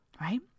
Right